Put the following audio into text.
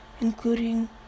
including